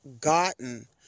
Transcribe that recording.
gotten